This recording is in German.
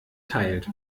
teilt